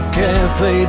cafe